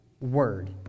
word